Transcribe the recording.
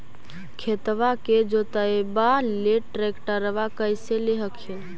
खेतबा के जोतयबा ले ट्रैक्टरबा कैसे ले हखिन?